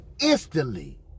instantly